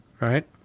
right